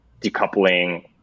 decoupling